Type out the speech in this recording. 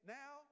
now